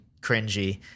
cringy